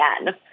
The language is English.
again